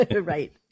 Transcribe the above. Right